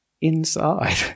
Inside